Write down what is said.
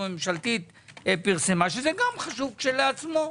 הממשלתית פרסמה שזה גם חשוב כשלעצמו.